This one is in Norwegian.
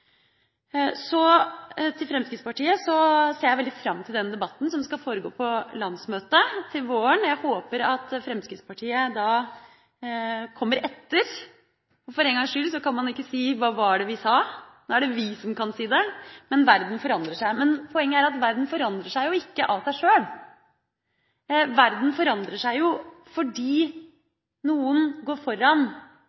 til det? Til Fremskrittspartiet: Jeg ser veldig fram til den debatten som skal foregå på landsmøtet til våren. Jeg håper at Fremskrittspartiet da kommer etter. For en gangs skyld kan man ikke si: Hva var det vi sa? Nå er det vi som kan si det. Verden forandrer seg, men poenget er at verden forandrer seg ikke av seg sjøl. Verden forandrer seg fordi